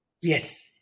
Yes